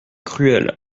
cruels